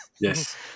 Yes